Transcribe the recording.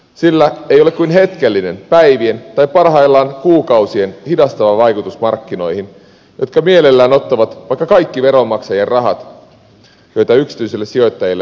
sillä ei ole kuin hetkellinen päivien tai parhaimmillaan kuukausien hidastava vaikutus markkinoihin jotka mielellään ottavat vaikka kaikki veronmaksajien rahat joita yksityisille sijoittajille vain lapioidaan